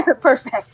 perfect